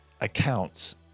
accounts